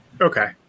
Okay